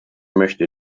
möchte